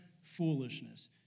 foolishness